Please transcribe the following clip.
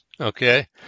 Okay